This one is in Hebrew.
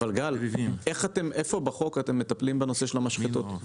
גל, איפה בחוק אתם מטפלים בנושא של המשחטות?